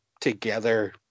together